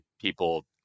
people